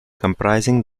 comprising